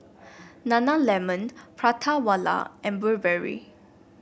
Nana Lemon Prata Wala and Burberry